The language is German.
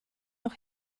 noch